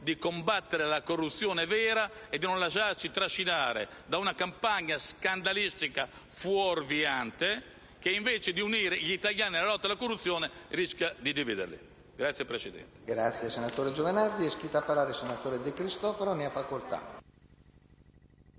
- combattere la corruzione vera e non lasciarci trascinare da una campagna scandalistica fuorviante, che invece di unire gli italiani nella lotta alla corruzione rischia di dividerli. PRESIDENTE.